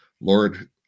Lord